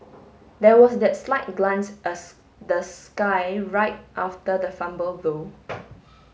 there was that slight glance the sky right after the fumble though